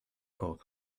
coro